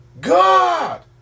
God